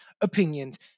opinions